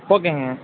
ஓகேங்க